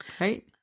Right